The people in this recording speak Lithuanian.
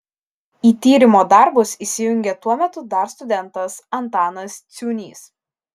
į tyrimo darbus įsijungė tuo metu dar studentas antanas ciūnys